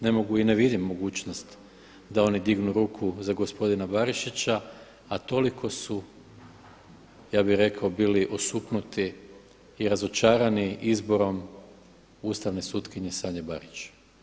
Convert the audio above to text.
Ne mogu i ne vidim mogućnost da oni dignu ruku za gospodina Barišića a toliko su, ja bih rekao bili osuknuti i razočarani izborom ustavne sutkinje Sanje Barić.